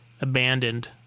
abandoned